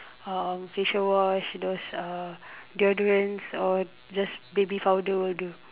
um facial wash those uh deodorants or just baby powder will do